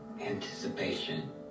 anticipation